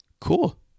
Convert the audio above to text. cool